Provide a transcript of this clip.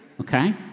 Okay